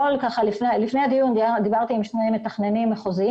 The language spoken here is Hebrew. אתמול לפני הדיון דיברתי עם שני מתכננים מחוזיים